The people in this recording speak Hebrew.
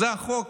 זה החוק,